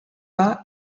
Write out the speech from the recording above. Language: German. war